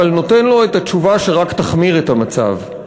אבל נותן לו את התשובה שרק תחמיר את המצב.